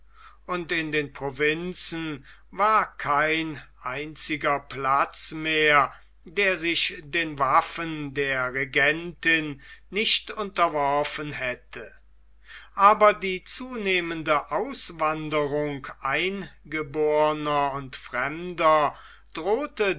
und in den provinzen war kein einziger platz mehr der sich den waffen der regentin nicht unterworfen hätte aber die zunehmende auswanderung eingeborener und fremder drohte